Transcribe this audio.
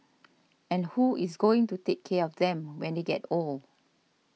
and who is going to take care of them when they get old